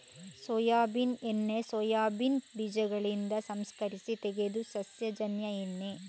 soybean ಎಣ್ಣೆ soybean ಬೀಜಗಳಿಂದ ಸಂಸ್ಕರಿಸಿ ತೆಗೆದ ಸಸ್ಯಜನ್ಯ ಎಣ್ಣೆ